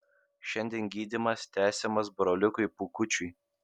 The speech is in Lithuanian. šiandien gydymas tęsiamas broliukui pūkučiui